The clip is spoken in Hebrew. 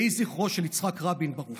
יהיה זכרו של יצחק רבין ברוך.